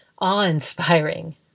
awe-inspiring